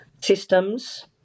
systems